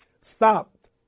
stopped